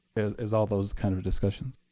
is is all those kind of discussions.